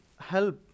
help